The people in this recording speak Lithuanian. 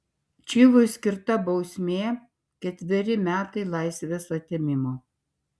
čivui skirta bausmė ketveri metai laisvės atėmimo